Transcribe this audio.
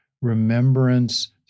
Remembrance